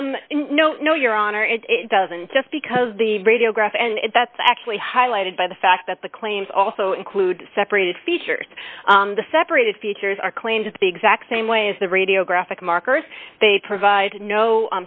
other no no your honor it doesn't just because the radiograph and that's actually highlighted by the fact that the claims also include separated features the separated features are clean just the exact same way as the radiographic markers they provide no